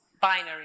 binary